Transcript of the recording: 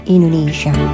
Indonesia